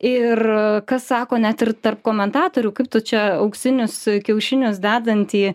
ir kas sako net ir tarp komentatorių kaip tu čia auksinius kiaušinius dedantį